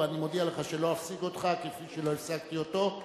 ואני מודיע לך שלא אפסיק אותך כפי שלא הפסקתי אותו,